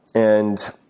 and